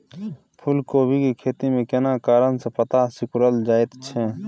फूलकोबी के खेती में केना कारण से पत्ता सिकुरल जाईत छै?